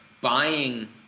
buying